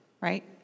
right